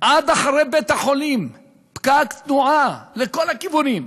עד אחרי בית-החולים, פקק תנועה לכל הכיוונים.